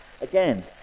Again